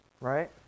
Right